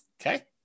Okay